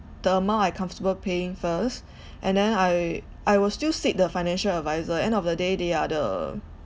the amount I comfortable paying first and then I I will still seek the financial advisor end of the day they are the